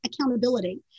accountability